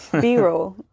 b-roll